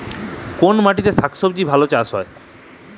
কোন মাটিতে শাকসবজী ভালো চাষ হয়?